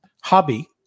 hobby